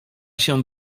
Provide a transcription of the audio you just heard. się